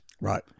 Right